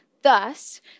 Thus